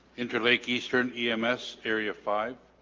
interlake eastern ems area five